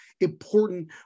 important